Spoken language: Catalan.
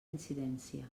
incidència